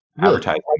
advertising